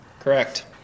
Correct